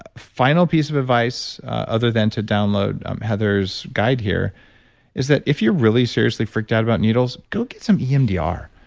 ah final piece of advice other than to download heather's guide here is that if you're really seriously freaked out about needles, go get some emdr.